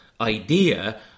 idea